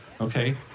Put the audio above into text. okay